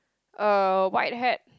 uh white hat